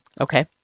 Okay